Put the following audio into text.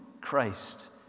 Christ